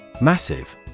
Massive